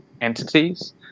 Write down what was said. entities